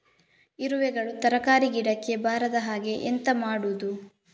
ಇರುವೆಗಳು ತರಕಾರಿ ಗಿಡಕ್ಕೆ ಬರದ ಹಾಗೆ ಎಂತ ಮಾಡುದು?